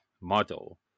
model